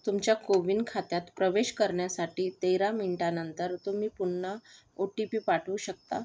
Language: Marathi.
तुमच्या कोविन खात्यात प्रवेश करण्यासाठी तेरा मिनिटांनंतर तुम्ही पुन्हा ओ टी पी पाठवू शकता